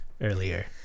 earlier